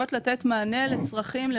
חברות הפינטק יודעות לתת מענה לצרכים שונים,